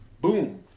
Boom